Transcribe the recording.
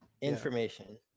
information